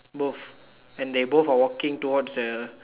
both and they both are walking towards the